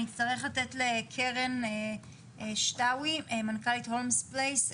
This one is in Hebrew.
אני אצטרך לתת לקרן שתוי, מנכ"לית הולמס פלייס.